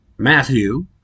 Matthew